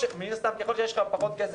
מן הסתם ככל שיש לך פחות כסף,